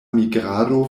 migrado